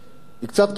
היא קצת קיצונית,